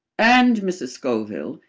and mrs. scoville,